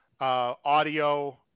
audio